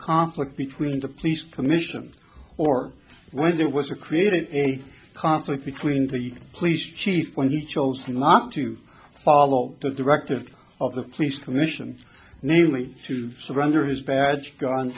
conflict between the police commission or when there was a created a conflict between the police chief when he chose not to follow the directive of the police commission namely to surrender his badge